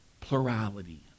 plurality